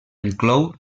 inclou